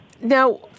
Now